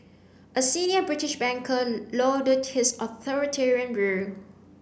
a senior British banker lauded his authoritarian rule